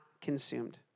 consumed